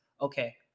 okay